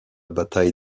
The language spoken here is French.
bataille